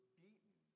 beaten